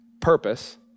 purpose